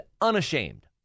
unashamed